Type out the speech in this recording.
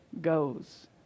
goes